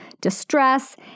distress